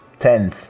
Tenth